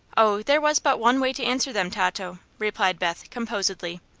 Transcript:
oh, there was but one way to answer them, tato, replied beth, composedly.